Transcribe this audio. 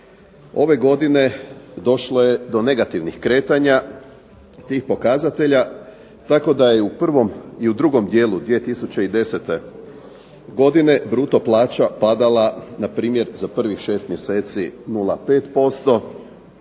ove godine došlo je do negativnih kretanja i pokazatelja, tako da je i u prvom i u drugom dijelu 2010. godine bruto plaća padala na primjer za prvih šest mjeseci 0,5%